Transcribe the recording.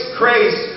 grace